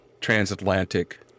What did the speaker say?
transatlantic